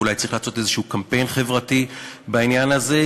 אולי צריך לעשות איזה קמפיין חברתי בעניין הזה,